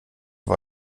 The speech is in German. war